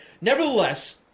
nevertheless